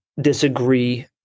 disagree